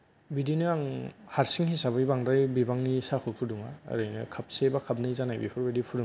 बिदिनो आं हारसिं हिसाबै बांद्राय बिबांनि साहाखौ फुदुंआ ओरैनो कापसे बा कापनै जानाय बेफोरबादि फुदुङो